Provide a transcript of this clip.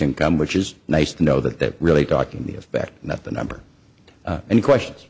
income which is nice to know that really talking to the effect that the number and questions